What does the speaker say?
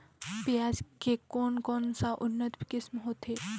पियाज के कोन कोन सा उन्नत किसम होथे?